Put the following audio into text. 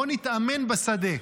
בוא נתאמן בשדה.